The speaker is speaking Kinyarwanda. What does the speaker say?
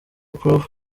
prof